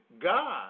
God